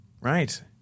Right